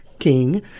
king